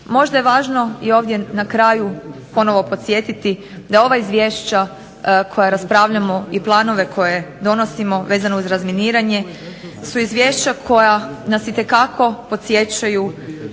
Možda je važno i ovdje na kraju ponovno podsjetiti da ova izvješća koja raspravljamo i planove koje donosimo vezano uz razminiranje su izvješća koja nas itekako podsjećaju